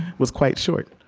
was quite short